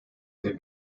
der